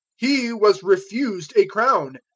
he was refused a crown.